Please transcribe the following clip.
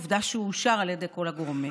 עובדה שהוא אושר על ידי כל הגורמים.